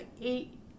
eight